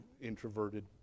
introverted